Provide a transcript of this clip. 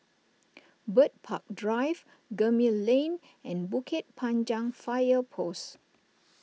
Bird Park Drive Gemmill Lane and Bukit Panjang Fire Post